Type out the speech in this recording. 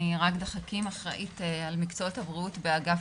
אני אחראית על מקצועות הבריאות באגף